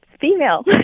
female